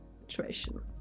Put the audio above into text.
situation